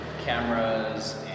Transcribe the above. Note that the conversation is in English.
Cameras